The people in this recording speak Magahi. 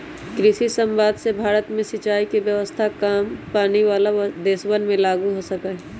कृषि समवाद से भारत में सिंचाई के व्यवस्था काम पानी वाला देशवन में लागु हो सका हई